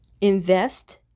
Invest